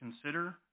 consider